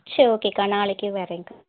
சரி ஓகே அக்கா நாளைக்கு வர்றேன் அக்கா